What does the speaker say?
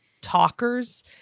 talkers